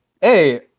hey